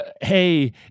hey